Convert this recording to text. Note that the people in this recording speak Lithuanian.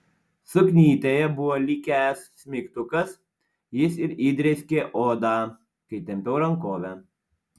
suknytėje buvo likęs smeigtukas jis ir įdrėskė odą kai tempiau rankovę